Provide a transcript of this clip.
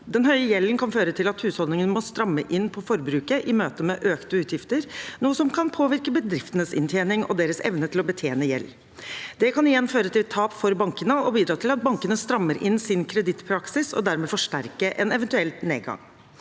Den høye gjelden kan føre til at husholdningene må stramme inn på forbruket i møte med økte utgifter, noe som kan påvirke bedriftenes inntjening og deres evne til å betjene gjeld. Det kan igjen føre til tap for bankene og bidra til at bankene strammer inn sin kredittpraksis, og dermed forsterke en eventuell nedgang.